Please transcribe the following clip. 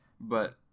but-